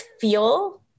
feel